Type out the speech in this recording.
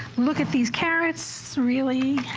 look at these carrots, really?